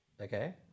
Okay